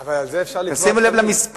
אבל על זה אפשר לתבוע, תשים לב למספר.